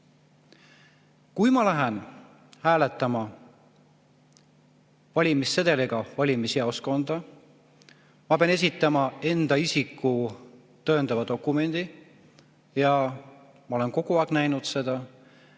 Kui ma lähen hääletama valimissedeliga valimisjaoskonda, ma pean esitama enda isikut tõendava dokumendi. Ja ma olen kogu aeg näinud seda,